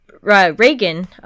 reagan